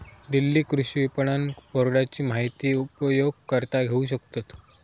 दिल्ली कृषि विपणन बोर्डाची माहिती उपयोगकर्ता घेऊ शकतत